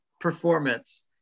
performance